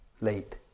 late